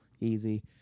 Easy